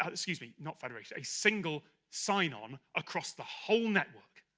ah excuse me, not federated a single sign-on across the whole network